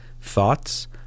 thoughts